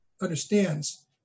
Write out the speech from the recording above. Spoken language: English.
understands